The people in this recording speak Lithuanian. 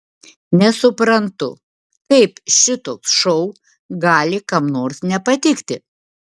nesuprantu kaip šitoks šou gali kam nors nepatikti